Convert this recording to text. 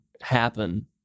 happen